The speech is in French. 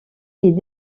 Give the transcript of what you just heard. est